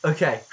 Okay